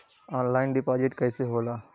Online deposit कैसे होला?